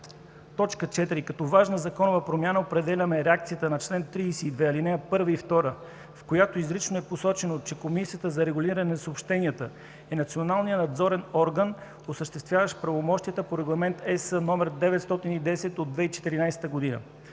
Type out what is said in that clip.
г. Като важна законова промяна определяме реакцията на чл. 32, алинеи 1 и 2, в която изрично е посочено, че Комисията за регулиране на съобщенията е националният надзорен орган, осъществяващ правомощията по Регламент ЕС 910/2014 г.,